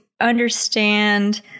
understand